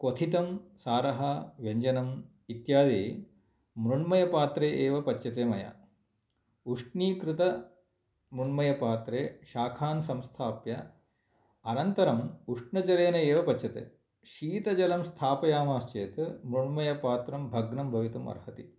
क्वथितं सारः व्यञ्जनम् इत्यादि मृण्मयपात्रे एव पच्यते मया उष्णीकृत मृण्मयपात्रे शाखान् संस्थाप्य अनन्तरम् उष्णजलेन एव पच्यते शीतजलं स्थापयामः चेत् मृण्मयपात्रं भग्नं भवितुं अर्हति